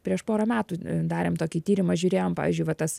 prieš porą metų darėm tokį tyrimą žiūrėjom pavyzdžiui va tas